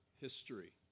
history